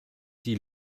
die